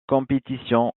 compétition